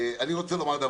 אני רוצה לומר,